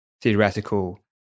theoretical